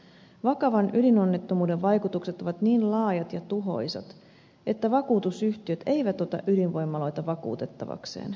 vakavan ydinonnettomuuden vaikutukset ovat niin laajat ja tuhoisat että vakuutusyhtiöt eivät ota ydinvoimaloita vakuutettavakseen